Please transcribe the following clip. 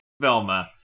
Velma